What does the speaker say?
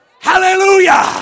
Hallelujah